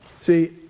See